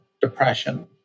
depression